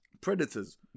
predators